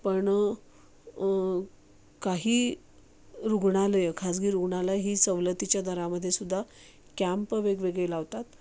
पण काही रुग्णालयं खाजगी रुग्णालय ही सवलतीच्या दरामध्ये सुद्धा कॅम्प वेगवेगळे लावतात